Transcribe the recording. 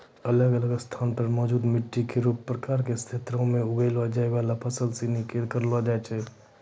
अलग अलग स्थान म मौजूद मिट्टी केरो प्रकार सें क्षेत्रो में उगैलो जाय वाला फसल सिनी तय करलो जाय छै